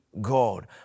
God